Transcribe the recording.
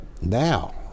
now